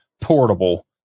portable